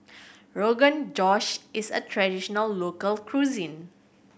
Rogan Josh is a traditional local cuisine